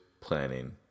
planning